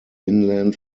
inland